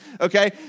okay